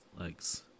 legs